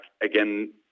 again